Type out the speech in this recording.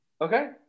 Okay